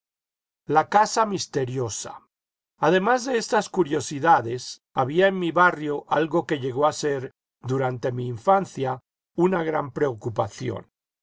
la casa misteriosa además de estas curiosidades había en mi barrio algo que llegó a ser durante mi infancia una gran preocupación